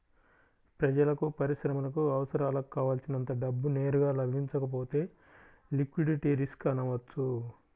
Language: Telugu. ప్రజలకు, పరిశ్రమలకు అవసరాలకు కావల్సినంత డబ్బు నేరుగా లభించకపోతే లిక్విడిటీ రిస్క్ అనవచ్చు